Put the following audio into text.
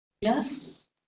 Yes